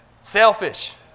Selfish